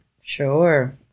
Sure